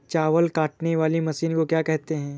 चावल काटने वाली मशीन को क्या कहते हैं?